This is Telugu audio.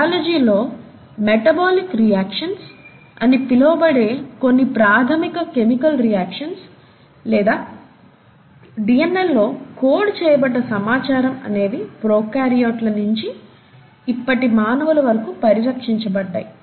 బయాలజీ లో మెటబోలిక్ రియాక్షన్స్ అని పిలువబడే కొన్ని ప్రాథమిక కెమికల్ రియాక్షన్స్ లేదా డిఎన్ఏ లో కోడ్ చేయబడ్డ సమాచారం అనేవి ప్రోకార్యోట్లు నించి ఇప్పటి మానవుల వరకు పరిరక్షించబడ్డాయి